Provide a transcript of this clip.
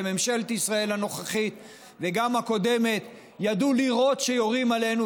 שממשלת ישראל הנוכחית וגם הקודמת ידעו לירות כשיורים עלינו,